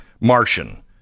Martian